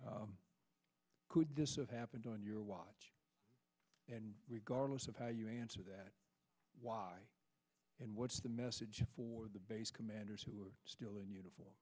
could this have happened on your watch and regardless of how you answer that why and what's the message for the base commanders who are still in uniform